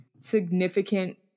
significant